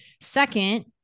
Second